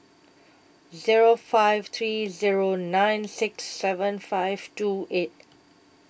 Zero five three Zero nine six seven five two eight